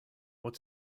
what